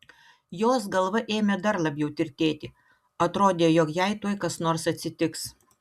jos galva ėmė dar labiau tirtėti atrodė jog jai tuoj kas nors atsitiks